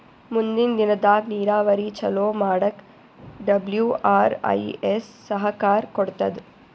ಮುಂದಿನ್ ದಿನದಾಗ್ ನೀರಾವರಿ ಚೊಲೋ ಮಾಡಕ್ ಡಬ್ಲ್ಯೂ.ಆರ್.ಐ.ಎಸ್ ಸಹಕಾರ್ ಕೊಡ್ತದ್